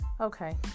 Okay